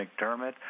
McDermott